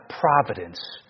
providence